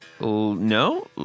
No